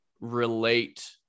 relate